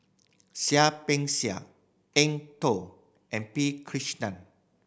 Seah Peck Seah Eng Tow and P Krishnan